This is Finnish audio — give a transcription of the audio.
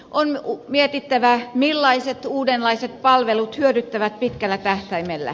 on mietittävä millaiset uudenlaiset palvelut hyödyttävät pitkällä tähtäimellä